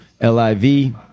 L-I-V